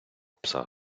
пса